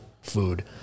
food